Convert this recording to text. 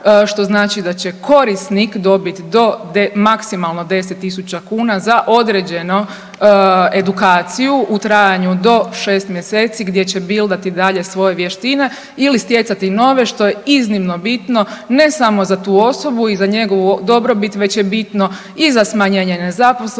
što znači da će korisnik dobiti maksimalno 10000 kuna za određenu edukaciju u trajanju do 6 mjeseci gdje će bildati dalje svoje vještine ili stjecati nove što je iznimno bitno ne samo za tu osobu i za njegovu dobrobit već je bitno i za smanjenje nezaposlenosti,